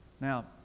Now